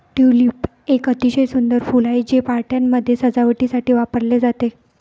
tulip एक अतिशय सुंदर फूल आहे, ते पार्ट्यांमध्ये सजावटीसाठी वापरले जाते